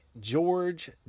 George